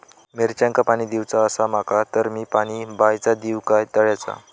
मिरचांका पाणी दिवचा आसा माका तर मी पाणी बायचा दिव काय तळ्याचा?